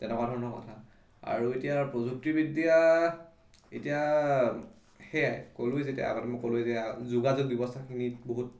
তেনেকুৱা ধৰণৰ কথা আৰু এতিয়া প্ৰযুক্তিবিদ্যা এতিয়া সেয়াই ক'লোঁৱে যেতিয়া আগতে মই ক'লোঁৱে যেতিয়া যোগাযোগ ব্যৱস্থাখিনিত বহুত